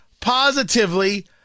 positively